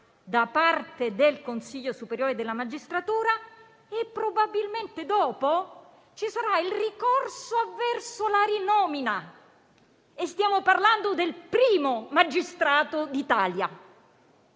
da parte del Consiglio superiore della magistratura e probabilmente dopo ci sarà il ricorso avverso la rinomina. Stiamo parlando del primo magistrato d'Italia.